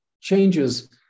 changes